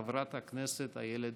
חברת הכנסת איילת